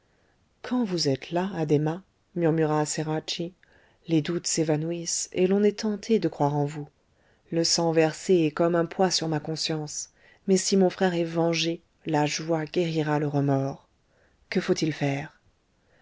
quand vous êtes là addhéma murmura ceracchi les doutes s'évanouissent et l'on est tenté de croire en vous le sang versé est comme un poids sur ma conscience mais si mon frère est vengé la joie guérira le remords que faut-il faire